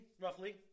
roughly